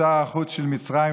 שר החוץ של מצרים,